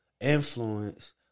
influence